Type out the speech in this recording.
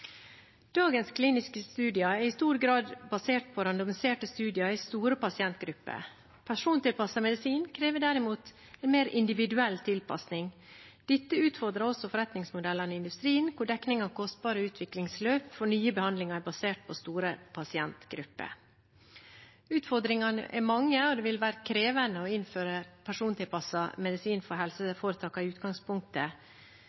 Dagens kliniske studier er i stor grad basert på randomiserte studier i store pasientgrupper. Persontilpasset medisin krever derimot en mer individuell tilpasning. Dette utfordrer også forretningsmodellene i industrien, der dekning av kostbare utviklingsløp for nye behandlinger er basert på store pasientgrupper. Utfordringene er mange, og det vil i utgangspunktet være krevende for helseforetakene å innføre persontilpasset medisin.